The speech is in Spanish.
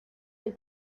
del